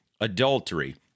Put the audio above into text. adultery